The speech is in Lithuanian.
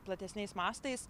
platesniais mastais